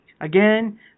Again